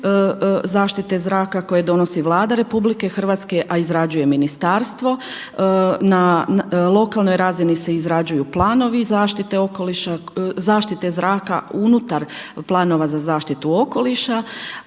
zaštite zraka koje donosi Vlada RH, a izrađuje ministarstvo. Na lokalnoj razini se izrađuju planovi zaštite zraka unutar planova za zaštitu okoliša.